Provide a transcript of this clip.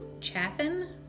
Chaffin